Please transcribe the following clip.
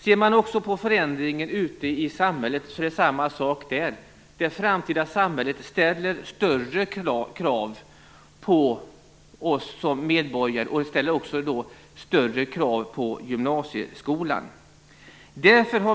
Samma sak gäller för förändringen ute i samhället. Det framtida samhället ställer högre krav på oss som medborgare, och det ställer också högre krav på gymnasieskolan.